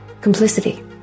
complicity